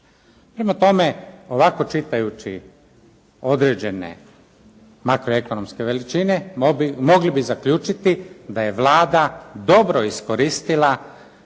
Prema tome, ovako čitajući određene makroekonomske veličine mogli bi zaključiti da je Vlada dobro iskoristila